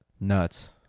Nuts